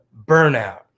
Burnout